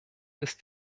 ist